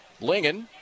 Lingen